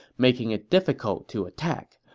making it difficult to attack.